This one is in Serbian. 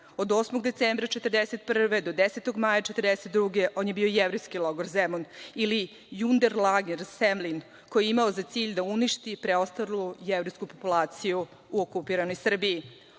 Od 8. decembra 1941. do 10. maja 1942. godine on je bio Jevrejski logor Zemun ili „Judemlager Semlin“ koji je imao za cilj da uništi preostalu jevrejsku populaciju u okupiranoj Srbiji.